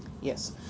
Yes